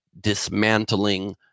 dismantling